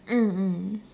mm mm